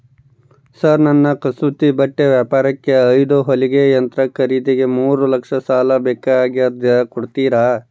Sir ನನ್ನ ಕಸೂತಿ ಬಟ್ಟೆ ವ್ಯಾಪಾರಕ್ಕೆ ಐದು ಹೊಲಿಗೆ ಯಂತ್ರ ಖರೇದಿಗೆ ಮೂರು ಲಕ್ಷ ಸಾಲ ಬೇಕಾಗ್ಯದ ಕೊಡುತ್ತೇರಾ?